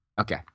Okay